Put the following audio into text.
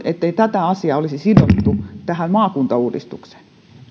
ettei tätä asiaa olisi sidottu tähän maakuntauudistukseen